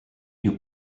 your